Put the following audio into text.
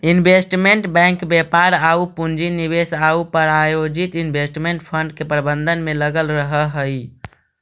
investment bank व्यापार आउ पूंजी निवेश आउ प्रायोजित इन्वेस्टमेंट फंड के प्रबंधन में लगल रहऽ हइ